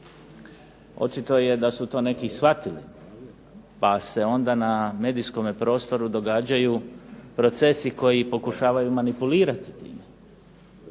Očito je da su to neki shvatili pa se onda na medijskome prostoru događaju procesi koji pokušavaju manipulirati time.